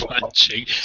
punching